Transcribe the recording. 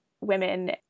women